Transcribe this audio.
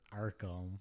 arkham